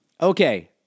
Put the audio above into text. Okay